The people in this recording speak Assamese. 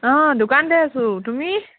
অঁ দোকানতে আছোঁ তুমি